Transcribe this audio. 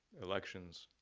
elections,